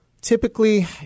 Typically